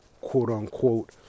quote-unquote